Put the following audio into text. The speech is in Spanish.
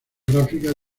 gráficas